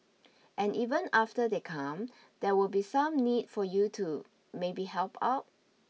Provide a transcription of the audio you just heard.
and even after they come there will be some need for you to maybe help out